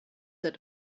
that